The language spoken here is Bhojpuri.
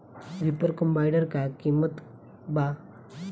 रिपर कम्बाइंडर का किमत बा?